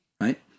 right